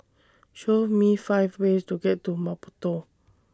Show Me five ways to get to Maputo